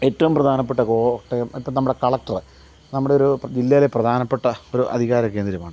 ഏറ്റവും പ്രധാനപ്പെട്ട കോട്ടയം ഇപ്പം നമ്മുടെ കലക്റ്ററ് നമ്മുടെ ഒരു ജില്ലയിലെ പ്രധാനപ്പെട്ട ഒരു അധികാരകേന്ദ്രമാണ്